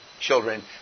children